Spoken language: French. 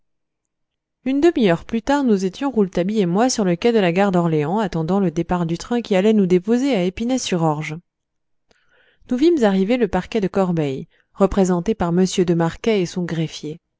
une demi-heure plus tard nous étions rouletabille et moi sur le quai de la gare d'orléans attendant le départ du train qui allait nous déposer à épinay sur orge nous vîmes arriver le parquet de corbeil représenté par m de marquet et son greffier